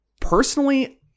personally